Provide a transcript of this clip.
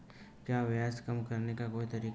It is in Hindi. क्या ब्याज कम करने का कोई तरीका है?